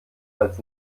als